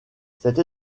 cette